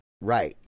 right